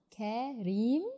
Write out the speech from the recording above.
kareem